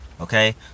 Okay